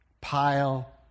pile